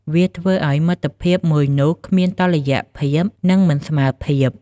វាធ្វើឱ្យមិត្តភាពមួយនោះគ្មានតុល្យភាព និងមិនស្មើភាព។